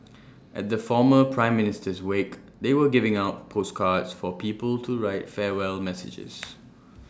at the former prime Minister's wake they were giving out postcards for people to write farewell messages